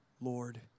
Lord